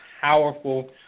powerful